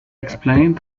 explained